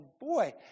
boy